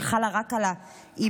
שחלה רק על האימהות,